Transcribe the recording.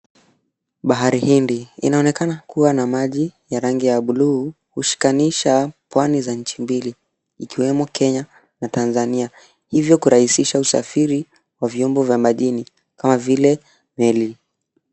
Bahari Hindi inaonekana kuwa na maji ya rangi ya buluu kushikanisha kanu za nchi mbili ikiwemo Kenya na Tanzania hivyo kurahisisha usafiri wa vyombo vya majini kama vile meli.